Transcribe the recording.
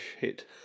hit